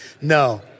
No